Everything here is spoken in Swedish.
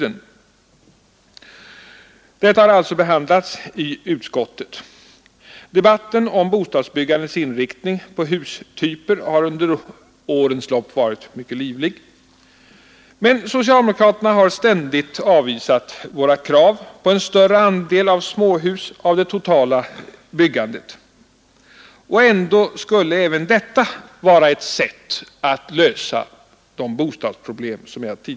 Debatten om bostadsbyggandets inriktning på hustyper har under årens lopp varit livlig. Men socialdemokraterna har ständigt avvisat våra krav på en större andel småhus av det totala byggandet, och ändock skulle även detta vara ett sätt att lösa bostadsproblemen.